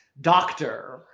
doctor